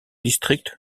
district